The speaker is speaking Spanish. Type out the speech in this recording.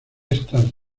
estas